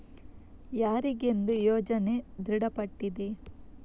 ಯಾರಿಗೆಂದು ಯೋಜನೆ ದೃಢಪಟ್ಟಿದೆ?